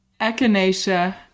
echinacea